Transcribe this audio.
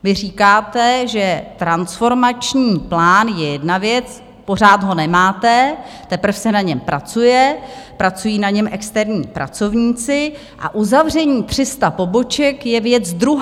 Vy říkáte, že transformační plán je jedna věc pořád ho nemáte, teprve se na něm pracuje, pracují na něm externí pracovníci a uzavření 300 poboček je věc druhá.